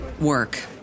work